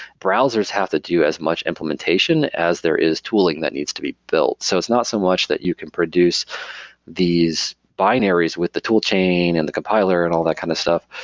browsers have to do as much implementation as there is tooling that needs to be built. so it's not so much that you can produce these binaries with the tool chain and the compiler and all that kind of stuff.